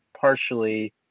partially